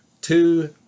Two